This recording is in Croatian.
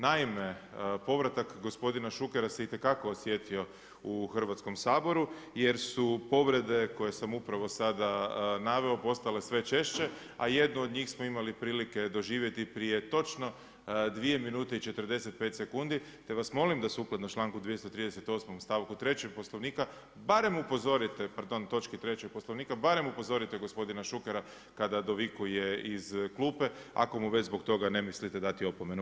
Naime, povratak gospodina Šukera se itekako osjetio u Hrvatskom saboru, jer su povrede koje sam upravo sada naveo postale sve češće, a jednu od njih smo imali prilike doživjeti prije točno 2 minute i 45 sekundi, te vas molim da sukladno članku 238. stavku 3. Poslovnika barem upozorite, pardon točki 3. Poslovnika barem upozorite gospodina Šukera kada dovikuje iz klupe ako mu već zbog toga ne mislite dati opomenu.